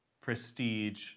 prestige